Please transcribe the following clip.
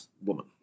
woman